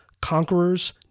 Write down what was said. conquerors